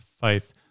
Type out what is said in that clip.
faith